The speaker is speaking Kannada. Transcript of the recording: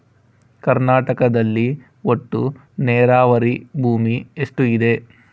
ಕರ್ನಾಟಕದಲ್ಲಿ ಒಟ್ಟು ನೇರಾವರಿ ಭೂಮಿ ಎಷ್ಟು ಇದೆ?